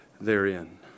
therein